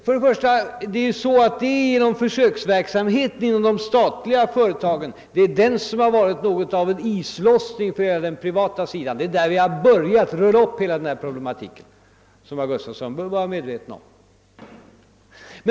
För det första är det genom försöksverksamheten inom de statliga företagen som vi fått något av en islossning på den privata sidan; det är inom den statliga sektorn som vi börjat rulla upp hela denna problematik, något som herr Gustafson bör vara medveten om.